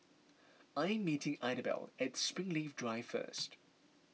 I am meeting Idabelle at Springleaf Drive first